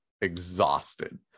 exhausted